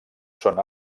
són